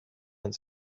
went